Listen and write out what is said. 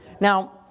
Now